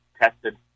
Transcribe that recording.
tested